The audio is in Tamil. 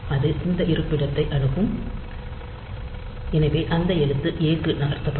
இது இந்த இருப்பிடத்தை அணுகும் எனவே அந்த எழுத்து a க்கு நகர்த்தப்படும்